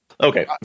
Okay